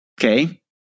okay